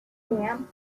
damp